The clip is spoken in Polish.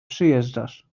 przyjeżdżasz